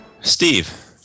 Steve